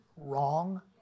wrong